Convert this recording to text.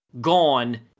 Gone